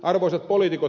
arvoisat poliitikot